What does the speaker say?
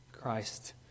Christ